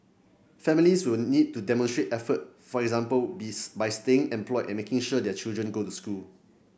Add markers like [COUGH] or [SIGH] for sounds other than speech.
families will need to demonstrate effort for example [UNINTELLIGIBLE] by staying employed and making sure their children go to school